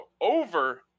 over